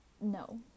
No